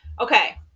Okay